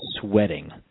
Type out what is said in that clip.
sweating